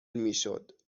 میشد